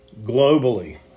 globally